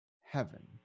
heaven